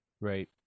right